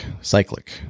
cyclic